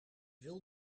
wil